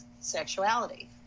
sexuality